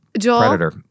predator